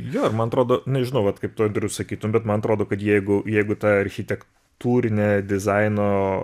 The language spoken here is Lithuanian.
jo ir man atrodo nežinau vat kaip tu andriau sakytum bet man atrodo kad jeigu jeigu ta architektūrine dizaino